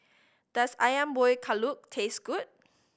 does Ayam Buah Keluak taste good